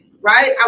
right